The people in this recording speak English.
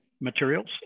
Materials